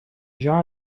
jar